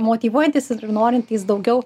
motyvuojantys ir norintys daugiau